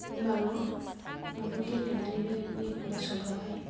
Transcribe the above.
marble गेलेनानै बिदिनो एखनबा समफ्रावहाय